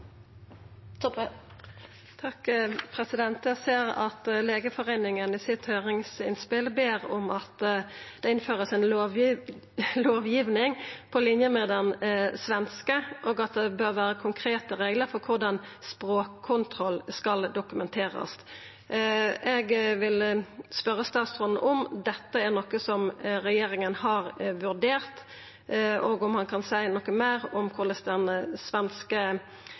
lovgiving på linje med den svenske, og at det bør vera konkrete reglar for korleis språkkontroll skal dokumenterast. Eg vil spørje statsråden om dette er noko som regjeringa har vurdert, og om han kan seia noko meir om korleis den svenske